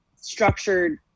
structured